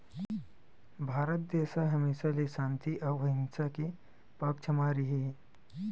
भारत देस ह हमेसा ले सांति अउ अहिंसा के पक्छ म रेहे हे